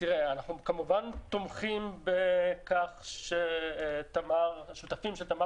אנחנו כמובן תומכים בכך שהשותפים של תמר